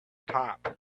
top